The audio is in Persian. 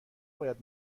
باید